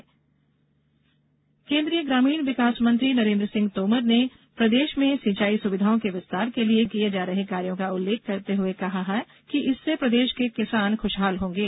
लोकार्पण केन्द्रीय ग्रामीण विकास मंत्री नरेन्द्र सिंह तोमर ने प्रदेश में सिंचाई सुविधाओं के विस्तार के लिए किये जा रहे कार्यो का उल्लेख करते हुए कहा है कि इससे प्रदेश के किसान खुशहाल होंगे